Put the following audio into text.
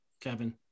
Kevin